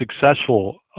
successful